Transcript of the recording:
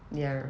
ya